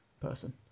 person